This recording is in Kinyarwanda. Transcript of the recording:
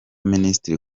minisitiri